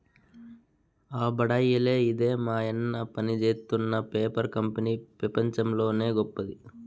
ఆ బడాయిలే ఇదే మాయన్న పనిజేత్తున్న పేపర్ కంపెనీ పెపంచంలోనే గొప్పది